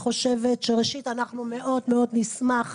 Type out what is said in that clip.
ולכן, אני חושבת שראשית, אנחנו מאוד נשמח.